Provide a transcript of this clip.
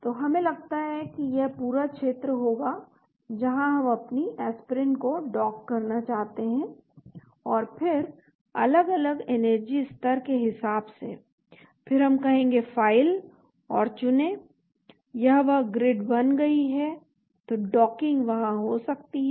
तो हमें लगता है कि यह पूरा क्षेत्र होगा जहां हम अपनी एस्पिरिन को डॉक करना चाहते हैं और फिर अलग अलग एनर्जी स्तर के हिसाब से फिर हम कहेंगे फ़ाइल और चुनें यह वह ग्रिड बन गई है तो डॉकिंग वहां हो सकती है